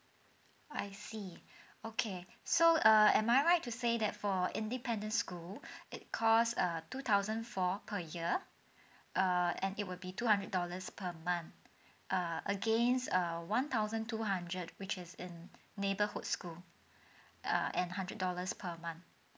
I see okay so err am I right to say that for independent school it cost uh two thousand four per year err and it will be two hundred dollars per month err again uh one thousand two hundred which is in neighbourhood school uh and hundred dollars per month